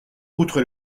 outre